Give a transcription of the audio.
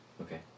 Okay